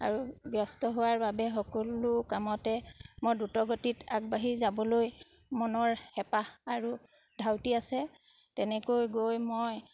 আৰু ব্যস্ত হোৱাৰ বাবে সকলো কামতে মোৰ দ্ৰুতগতিত আগবাঢ়ি যাবলৈ মনৰ হেঁপাহ আৰু ধাউতি আছে তেনেকৈ গৈ মই